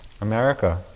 America